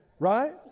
Right